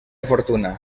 fortuna